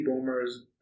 boomers